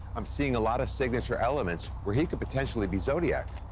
i'm seeing a lot of signature elements where he could potentially be zodiac.